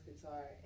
guitar